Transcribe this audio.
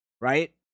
Right